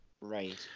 right